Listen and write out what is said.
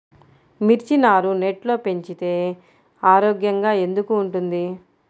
మిర్చి నారు నెట్లో పెంచితే ఆరోగ్యంగా ఎందుకు ఉంటుంది?